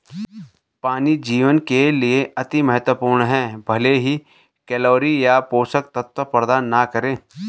पानी जीवन के लिए अति महत्वपूर्ण है भले ही कैलोरी या पोषक तत्व प्रदान न करे